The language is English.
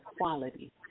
quality